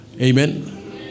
Amen